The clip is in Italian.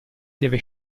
deve